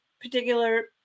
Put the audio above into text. particular